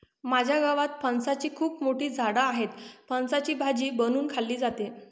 माझ्या गावात फणसाची खूप मोठी झाडं आहेत, फणसाची भाजी बनवून खाल्ली जाते